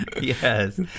yes